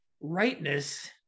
Rightness